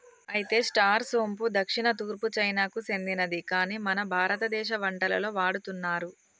అయితే స్టార్ సోంపు దక్షిణ తూర్పు చైనాకు సెందినది కాని మన భారతదేశ వంటలలో వాడుతున్నారు